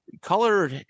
color